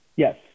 Yes